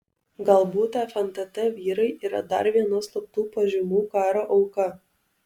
galbūt fntt vyrai yra dar viena slaptų pažymų karo auka